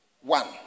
One